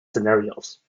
scenarios